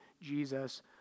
Jesus